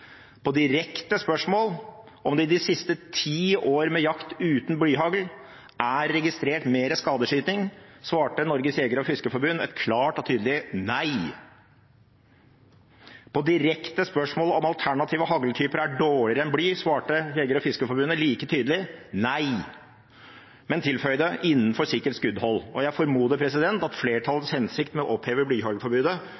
På direkte spørsmål om det de siste ti år med jakt uten blyhagl er registrert mer skadeskyting, svarte Norges Jeger- og Fiskerforbund et klart og tydelig nei. På direkte spørsmål om alternative hagltyper er dårligere enn bly, svarte Norges Jeger- og Fiskerforbund like tydelig nei, men tilføyde: innenfor sikkert skuddhold. Jeg formoder at flertallets hensikt med å oppheve